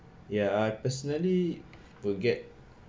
ya I personally forget